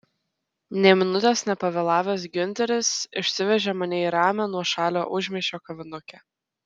nė minutės nepavėlavęs giunteris išsivežė mane į ramią nuošalią užmiesčio kavinukę